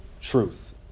truth